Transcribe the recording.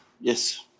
Yes